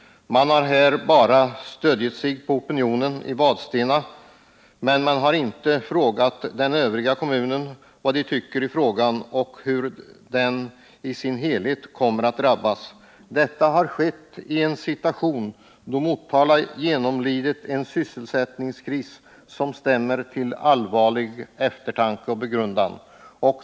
Regeringen har stött sig enbart på opinionen i Vadstena och inte frågat kommunen i övrigt vad den tycker och hur kommunen i sin helhet kommer att drabbas. Detta har skett i en tid då Motala genomlidit en sysselsättningskris som stämmer till allvarlig eftertanke och begrundan.